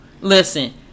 Listen